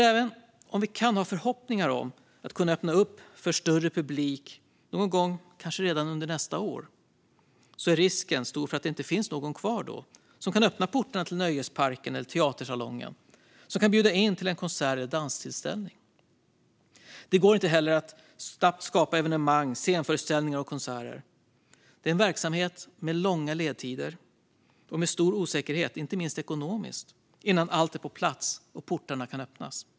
Även om vi kan ha förhoppningar om att kunna öppna upp för större publik någon gång under nästa år är risken ändå stor att det inte finns någon kvar som kan öppna portarna till nöjes-parken eller teatersalongen eller som kan bjuda in till en konsert eller danstillställning. Det går inte heller att snabbt skapa evenemang, scenföreställningar och konserter. Det är en verksamhet med långa ledtider och med stor osäkerhet inte minst ekonomiskt innan allt är på plats och portarna kan öppnas.